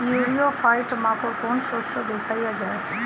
ইরিও ফাইট মাকোর কোন শস্য দেখাইয়া যায়?